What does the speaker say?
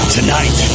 Tonight